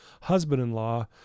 Husband-in-Law